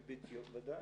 של ביציות, ודאי.